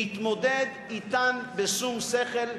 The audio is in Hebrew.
נתמודד אתן בשום שכל,